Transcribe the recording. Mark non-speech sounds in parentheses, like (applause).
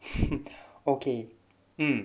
(laughs) okay mm